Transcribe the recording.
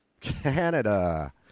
Canada